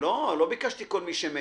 לא, לא ביקשתי שזה יחול על כל מי שמת.